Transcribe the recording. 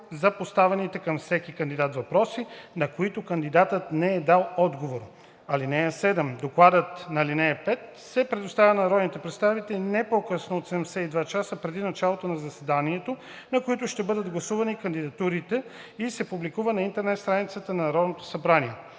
за поставените към всеки кандидат въпроси, на които кандидатът не е дал отговор. (7) Докладът по ал. 5 се предоставя на народните представители не по-късно от 72 часа преди началото на заседанието, на което ще бъдат гласувани кандидатурите, и се публикува на интернет страницата на Народното събрание.